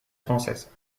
française